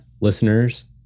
listeners